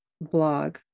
blog